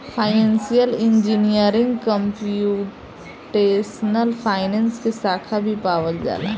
financial engineering computational finance के साखा भी पावल जाला